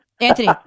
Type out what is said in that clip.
Anthony